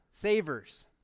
savers